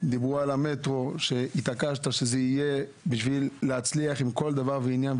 דיברו על המטרו שהתעקשת שזה יהיה כדי להצליח בכל דבר ועניין.